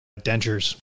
dentures